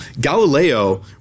Galileo